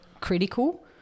critical